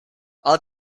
all